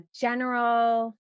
general